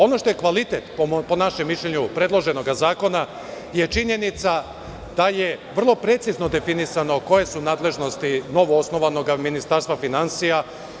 Ono što je kvalitet, po našem mišljenju, predloženog zakona je činjenica da je vrlo precizno definisano koje su nadležnosti novoosnovanog Ministarstva finansija.